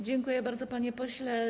Dziękuję bardzo, panie pośle.